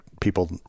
people